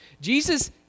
Jesus